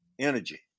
energy